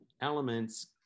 elements